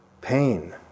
Pain